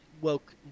woke